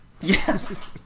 Yes